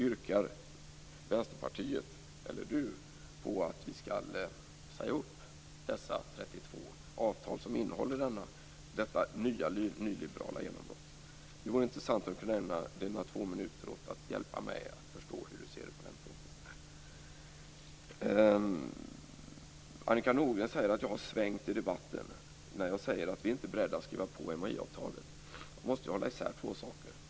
Yrkar Vänsterpartiet eller Bengt Hurtig på att vi skall säga upp dessa 32 avtal, som innehåller detta nya nyliberala genombrott? Det vore intressant om Bengt Hurtig kunde ägna sina två minuter åt att hjälpa mig förstå hur han ser på den punkten. Annika Nordgren säger att jag har svängt i debatten när jag säger att vi inte är beredda att skriva på MAI-avtalet. Man måste hålla isär två saker.